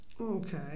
Okay